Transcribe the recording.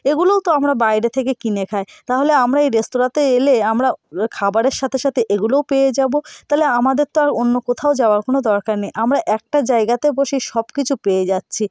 এগুলোও তো আমরা বাইরে থেকে কিনে খাই তাহলে আমরা এই রেস্তোরাঁতে এলে আমরা খাবারের সাথে সাথে এগুলোও পেয়ে যাবো তালে আমাদের তো আর অন্য কোথাও যাওয়ার কোনো দরকার নেই আমরা একটা জায়গাতে বসেই সব কিছু পেয়ে যাচ্ছি